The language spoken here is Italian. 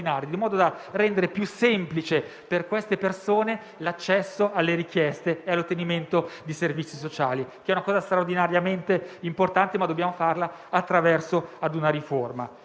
in modo da rendere più semplice per queste persone l'accesso alle richieste e l'ottenimento dei servizi sociali. È una misura straordinariamente importante, che dobbiamo realizzare attraverso una riforma.